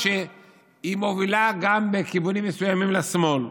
שמובילה גם בכיוונים מסוימים לשמאל.